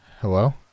Hello